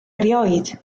erioed